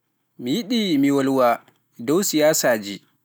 Mi yiɗii mi wolwa, dow siyaasaaji.